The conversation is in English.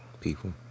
people